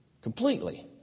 completely